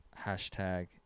Hashtag